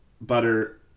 butter